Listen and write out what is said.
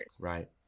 Right